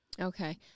Okay